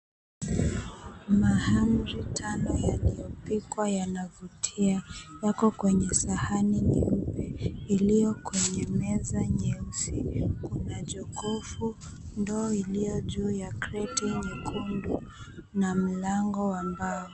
Mahamri tano yaliyopikwa yanavutia. Yako kwenye kwenye sahani nyeupe iliyo kwenye meza nyeusi. Kuna jokofu, ndoo iliyo juu ya kreti nyekundu, na mlango wa mbao.